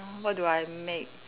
mm what do I make